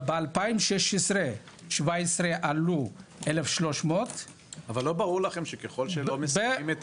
ובשנים 2016-2017 עלו 1300. אבל לא ברור לכם שככל שלא מסיימים את